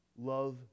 love